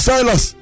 Silas